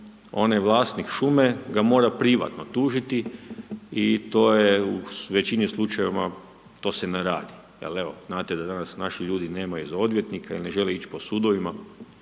onaj vlasnik šume ga mora privatno tužiti i to je u većini slučajeva to se ne radi. Ali evo znate da danas naši ljudi nemaju za odvjetnika i ne žele ići po sudovima